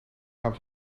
gaan